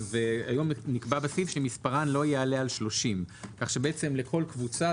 היום נקבע בסעיף שמספרן לא יעלה על 30 כלומר לכל קבוצה,